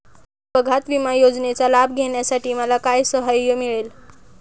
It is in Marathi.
अपघात विमा योजनेचा लाभ घेण्यासाठी मला काय सहाय्य मिळेल?